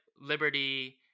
liberty